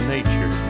Nature